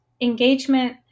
engagement